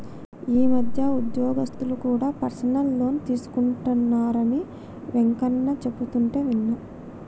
ఈ మధ్య ఉద్యోగస్తులు కూడా పర్సనల్ లోన్ తీసుకుంటున్నరని వెంకన్న చెబుతుంటే విన్నా